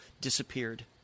disappeared